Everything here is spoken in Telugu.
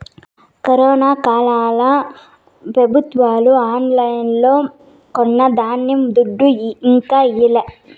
కరోనా కాలంల పెబుత్వాలు ఆన్లైన్లో కొన్న ధాన్యం దుడ్డు ఇంకా ఈయలే